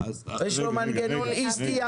יש לו מנגנון אי סטייה